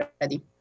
ready